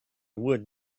wood